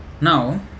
now